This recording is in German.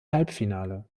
halbfinale